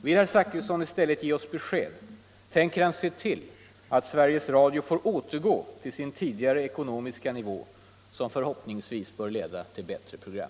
Vill herr Zachrisson i stället ge oss besked: Tänker han se till att Sveriges Radion får återgå till sin tidigare ekonomiska nivå, som förhoppningsvis bör leda till bättre program?